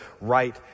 right